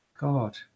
God